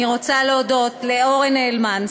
אני רוצה להודות לאורן הלמן,